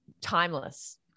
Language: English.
timeless